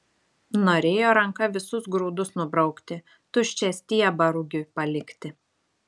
norėjo ranka visus grūdus nubraukti tuščią stiebą rugiui palikti